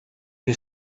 you